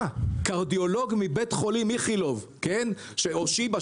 האם קרדיולוג מבית חולים איכילוב או שיבא,